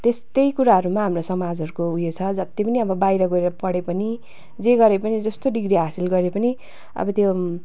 त्यस त्यही कुराहरूमा हाम्रो समाजहरूको उयो छ जत्ति पनि अब बाहिर गएर पढे पनि जे गरे पनि जस्तो डिग्री हासिल गरे पनि अब त्यो